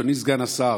אדוני סגן השר,